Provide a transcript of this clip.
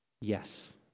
Yes